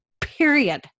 Period